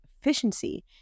efficiency